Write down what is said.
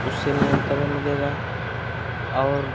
उससे नियंत्रण मिलेगा और